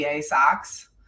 socks